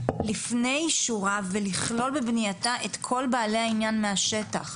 לפני אישורה ולכלול בבנייתה את כל בעלי העניין מהשטח.